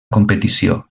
competició